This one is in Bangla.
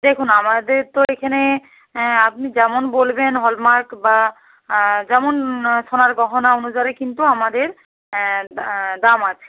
দেখুন আমাদের তো এখানে আপনি যেমন বলবেন হলমার্ক বা যেমন সোনার গহনা অনুসারে কিন্তু আমাদের দাম আছে